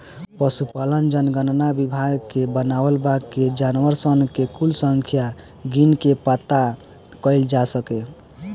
पसुपालन जनगणना विभाग के बनावल बा कि जानवर सन के कुल संख्या गिन के पाता कइल जा सके